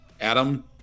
Adam